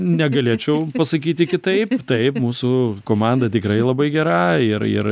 negalėčiau pasakyti kitaip taip mūsų komanda tikrai labai gera ir ir